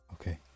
Okay